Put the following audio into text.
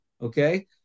Okay